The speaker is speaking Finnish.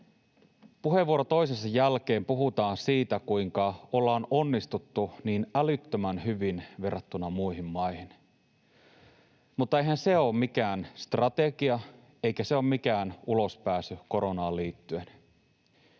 Puheenvuoro toisensa jälkeen puhutaan siitä, kuinka ollaan onnistuttu niin älyttömän hyvin verrattuna muihin maihin, mutta eihän se ole mikään strategia eikä se ole mikään ulospääsy koronaan liittyen.